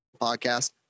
podcast